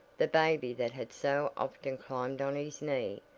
the baby that had so often climbed on his knee,